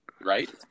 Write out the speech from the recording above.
right